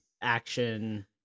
action